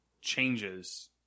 changes